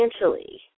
financially